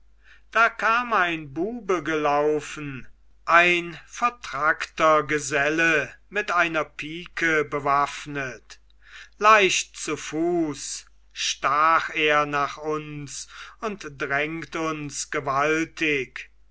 da kam ein bube gelaufen ein vertrackter geselle mit einer pike bewaffnet leicht zu fuße stach er nach uns und drängt uns gewaltig